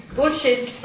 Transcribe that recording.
Bullshit